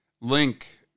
Link